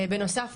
בנוסף,